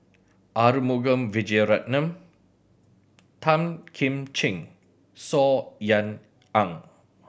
Arumugam Vijiaratnam Tan Kim Ching Saw Ean Ang